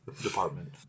department